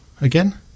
Again